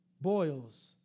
boils